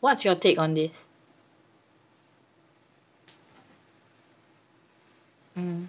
what's your take on this mm